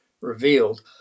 revealed